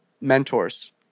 mentors